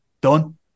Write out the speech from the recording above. done